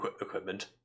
equipment